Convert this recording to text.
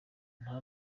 nta